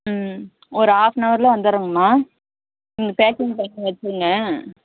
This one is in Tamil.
ம் ஒரு ஆஃப் நவரில் வந்துடுறேங்கம்மா நீங்கள் பேக்கிங் பண்ணி வச்சுடுங்க